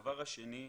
הדבר השני.